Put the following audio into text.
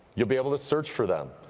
you will be able to search for them.